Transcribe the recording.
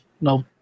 no